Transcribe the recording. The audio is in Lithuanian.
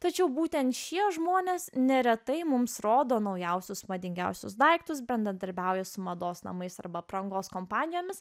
tačiau būtent šie žmonės neretai mums rodo naujausius madingiausius daiktus brendadarbiaujant su mados namais arba aprangos kompanijomis